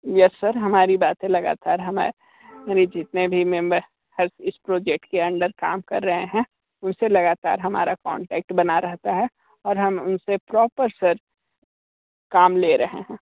yes sir हमारी बातें लगातार हमारे मेरे जितने भी मेम्बर हर इस प्रोजेक्ट के अन्दर काम कर रहे हैं उनसे लगातार हमारा कांटेक्ट बना रहता है और हम उनसे प्रोपर सर काम ले रहे हैं